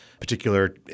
particular